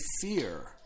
fear